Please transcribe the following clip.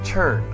Turn